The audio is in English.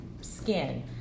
skin